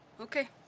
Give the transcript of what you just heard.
Okay